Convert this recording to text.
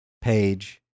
page